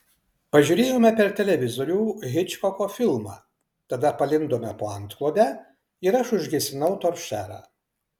pažiūrėjome per televizorių hičkoko filmą tada palindome po antklode ir aš užgesinau toršerą